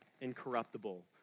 incorruptible